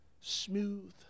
smooth